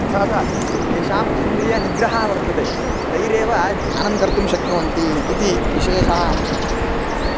तथा च येषाम् इन्द्रियनिग्रहः वर्तते तैरेव ध्यानं कर्तुं शक्नुवन्ति इति विशेषः अंशः